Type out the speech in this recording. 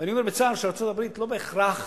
אני אומר בצער שארצות-הברית לא בהכרח